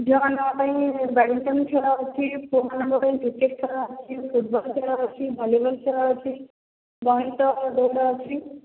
ଝିଅମାନଙ୍କ ପାଇଁ ବେଡ଼ମିଣ୍ଟନ ଖେଳ ଅଛି ପୁଅମାନଙ୍କ ପାଇଁ କ୍ରିକେଟ ଖେଳ ଅଛି ଫୁଟବଲ ଖେଳ ଆଛି ଭଲିବଲ ଖେଳ ଅଛି ଗଣିତ ଦୌଡ ଅଛି